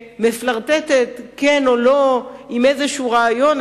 שמפלרטטת, כן או לא, עם איזשהו רעיון.